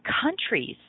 countries